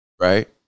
right